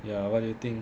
ya what do you think